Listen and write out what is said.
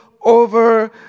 over